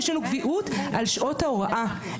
יש לנו קביעות על שעות ההוראה,